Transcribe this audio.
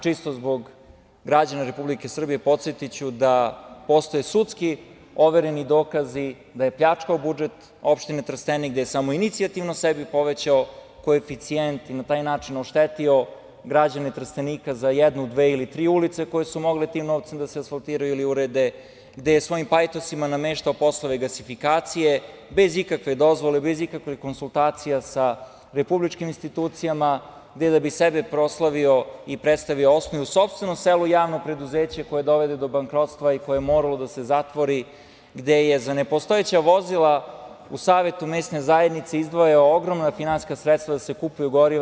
Čisto zbog građana Republike Srbije podsetiću da postoje sudski overeni dokazi da je pljačkao budžet opštine Trstenik, da je samoinicijativno sebi povećao koeficijent i na taj način oštetio građane Trstenika za jednu, dve ili tri ulice koje su mogle tim novcem da se asfaltiraju ili urede, gde je svojim pajtosima nameštao poslove gasifikacije bez ikakve dozvole, bez ikakve konsultacije sa republičkim institucijama, da bi sebe proslavio i predstavio, osnovao u sopstvenom selu javno preduzeće koje dovodi do bankrotstva i koje je moralo da se zatvori, gde je za nepostojeća vozila u Savetu mesne zajednice izdvajao ogromna finansijska sredstva da se kupuju goriva.